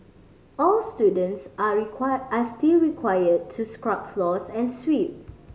all students are require are still require to scrub floors and sweep